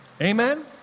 Amen